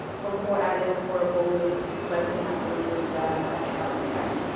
before adding a portable we would likely have to remove the ah child care.